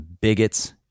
bigots